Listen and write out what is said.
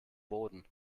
boden